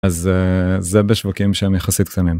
אז זה, זה בשווקים שהם יחסית קטנים.